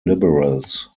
liberals